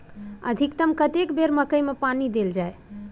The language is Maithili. अधिकतम कतेक बेर मकई मे पानी देल जाय?